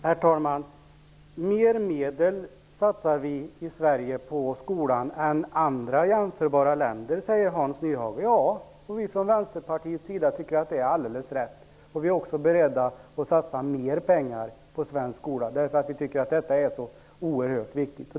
Herr talman! Mer medel satsar vi i Sverige på skolan än andra jämförbara länder, säger Hans Nyhage. Vi från Vänsterpartiets sida tycker att det är alldeles rätt. Vi är också beredda att satsa mer pengar på den svenska skolan därför att vi tycker att det är så oerhört viktigt.